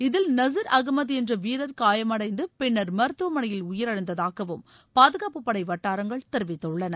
இதில் நசீர் அகமது என்ற வீரர் காயமடைந்து பின்னர் மருத்துவமனையில் உயிரழந்ததாகவும் பாதுகாப்புப் படை வட்டாரங்கள் தெரிவித்துள்ளன